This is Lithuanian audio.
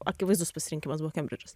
akivaizdus pasirinkimas buvo kembridžas